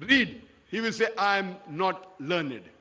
read he will say i am not learning